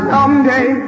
Someday